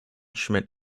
schmitt